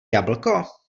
jablko